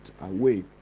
away